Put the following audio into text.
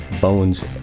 bones